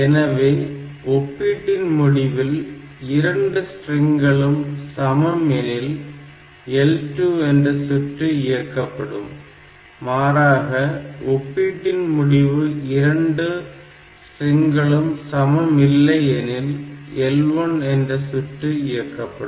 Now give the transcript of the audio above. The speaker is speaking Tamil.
எனவே ஒப்பீட்டின் முடிவில் இரண்டு ஸ்ட்ரிங்களும் சமம் எனில் L2 என்ற சுற்று இயக்கப்படும் மாறாக ஒப்பீட்டின் முடிவில் 2 ஸ்ட்ரிங்களும் சமம் இல்லை எனில் L1 என்ற சுற்று இயக்கப்படும்